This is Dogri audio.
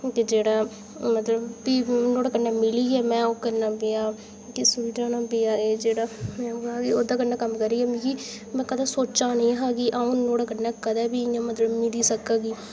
ते जेह्ड़ा मतलब के नुहाड़े कन्नै मिलियै ओह् करना पेआ ते समझाना एह् जेह्ड़ा ओह्दे कन्नै कम्म करियै मिगी में कदें सोचेदा नेहा के अं'ऊ नुहाड़े कन्नै कदें के मतलब मिली सकगी